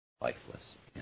lifeless